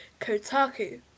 Kotaku